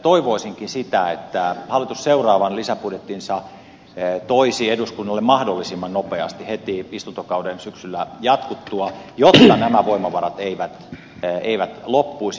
toivoisinkin sitä että hallitus seuraavan lisäbudjettinsa toisi eduskunnalle mahdollisimman nopeasti heti istuntokauden syksyllä jatkuttua jotta nämä voimavarat eivät loppuisi